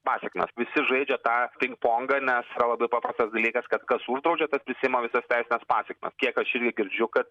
pasekmes visi žaidžia tą pingpongą nes yra labai paprastas dalykas kad kas uždraudžia tas prisiima visas teises pasekmes kiek aš irgi girdžiu kad